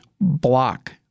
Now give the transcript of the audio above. block